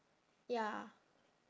ya